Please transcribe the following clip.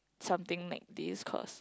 something like this cause